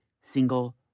single